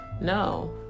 No